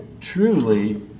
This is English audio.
truly